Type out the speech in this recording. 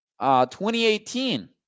2018